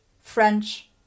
French